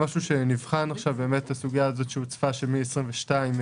זה משהו שנבחן, הסוגיה שהוצפה שמ-22'